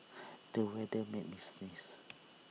the weather made me sneeze